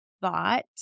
thought